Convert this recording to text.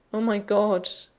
oh, my god!